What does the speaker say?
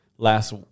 last